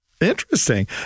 Interesting